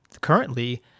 currently